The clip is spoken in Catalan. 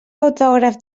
autògraf